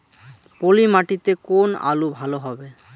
পলি মাটিতে কোন আলু ভালো হবে?